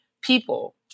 people